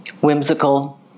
Whimsical